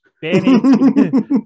Benny